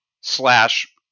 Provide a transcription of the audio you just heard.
slash